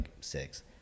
six